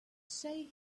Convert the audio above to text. stay